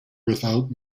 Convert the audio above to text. without